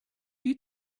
you